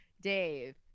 Dave